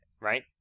right